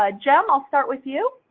ah jem, i'll start with you.